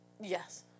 Yes